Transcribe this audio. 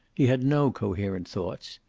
he had no coherent thoughts.